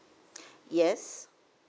yes